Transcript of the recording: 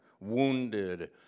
wounded